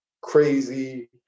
crazy